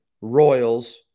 Royals